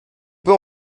peut